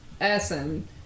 Essen